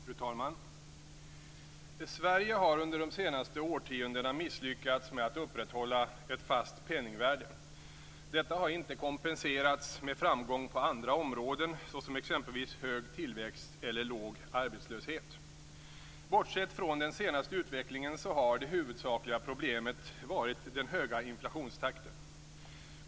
Fru talman! Sverige har under de senaste årtiondena misslyckats med att upprätthålla ett fast penningvärde. Detta har inte kompenserats med framgång på andra områden, exempelvis hög tillväxt eller låg arbetslöshet. Bortsett från den senaste utvecklingen har det huvudsakliga problemet varit den höga inflationstakten.